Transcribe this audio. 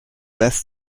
best